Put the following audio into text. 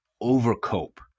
over-cope